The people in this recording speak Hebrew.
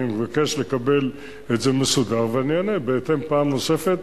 אני מבקש לקבל את זה מסודר ואני אענה בהתאם פעם נוספת.